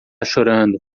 chorando